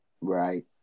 Right